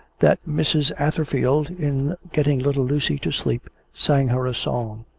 that mrs. atherfield, in getting little lucy to sleep, sang her a song.